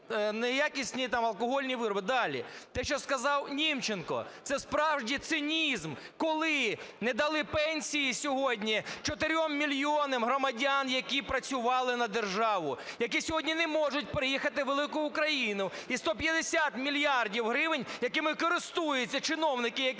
Далі. Те, що сказав Німченко. Це, справді, цинізм, коли не дали пенсії сьогодні 4 мільйонам громадян, які працювали на державу, які сьогодні не можуть приїхати в Велику Україну і 150 мільярдів гривень, якими користуються чиновники, які з кабінету